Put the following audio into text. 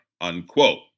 Unquote